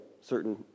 certain